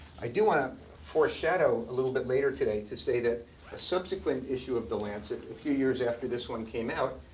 i do want to um foreshadow a little bit later today to say that a subsequent issue of the lancet, a few years after this one came out,